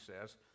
says